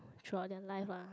throughout their life ah